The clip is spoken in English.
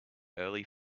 early